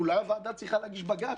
אולי הוועדה צריכה להגיש בג"ץ,